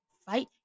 fight